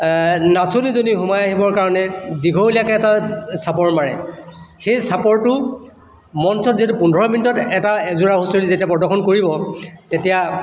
নাচনীজনী সোমাই আহিবৰ কাৰণে দীঘলীয়াকৈ এটা চাপৰ মাৰে সেই চাপৰটো মঞ্চত যিহেতু পোন্ধৰ মিনিটত এটা এযোৰা হুঁচৰি যেতিয়া প্ৰদৰ্শন কৰিব তেতিয়া